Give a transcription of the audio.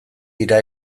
dira